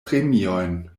premiojn